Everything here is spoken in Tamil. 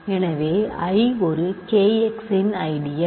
எனவே I ஒரு K x இன் ஐடியல்